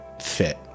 fit